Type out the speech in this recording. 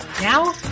Now